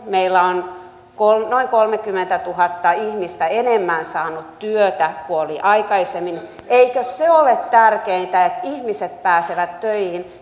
meillä on noin kolmekymmentätuhatta ihmistä enemmän saanut työtä kuin oli aikaisemmin eikö se ole tärkeintä että ihmiset pääsevät töihin